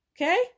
Okay